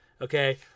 Okay